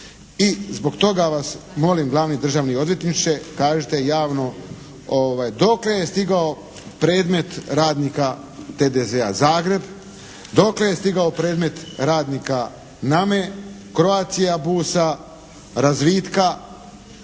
i zbog toga vas molim glavni državni odvjetniče, kažite javno dokle je stigao predmet radnika TDZ-a Zagreb, dokle je stigao radnika “Nama“-e, “Croatia bus“-a, “Razvitka“,